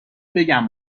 بگم